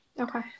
Okay